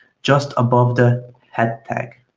just above the head tech.